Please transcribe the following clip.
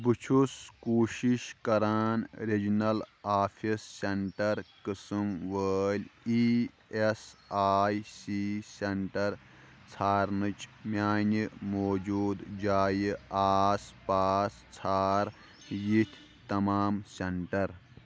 بہٕ چھُس کوٗشِش کران رِجنَل آفِس سینٹر قٕسم وٲلۍ E S I C centre ژھارنٕچ میانہِ موٗجوٗد جایہِ آس پاس ژھار یِتھۍ تمام سینٹر